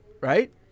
right